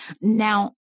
now